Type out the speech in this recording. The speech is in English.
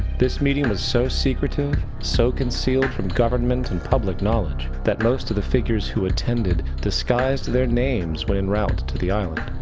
this meeting was so secretive, so concealed from government and public knowledge, that most of the figures who attended disguised their names when in route to the island.